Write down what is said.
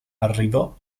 arrivò